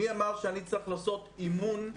מי אמר שאני צריך לעשות אימון מגע?